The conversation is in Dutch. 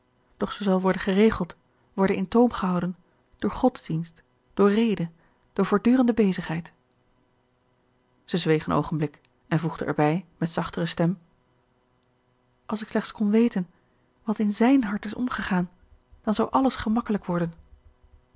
doch zij zal worden geregeld worden in toom gehouden door godsdienst door rede door voortdurende bezigheid zij zweeg een oogenblik en voegde erbij met zachtere stem als ik slechts kon weten wat in zijn hart is omgegaan dan zou alles gemakkelijk worden